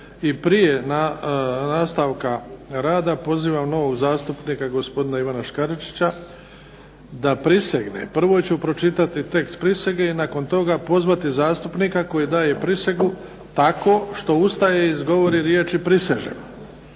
prije nastavka rada, pozivam novog zastupnika gospodina Ivana Škaričića da prisegne. Prvo ću pročitati tekst prisege i nakon toga pozvati zastupnika koji daje prisegu tako što ustaje i izgovori riječi: "Prisežem".